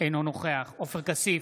אינו נוכח עופר כסיף,